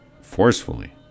forcefully